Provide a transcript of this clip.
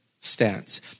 stance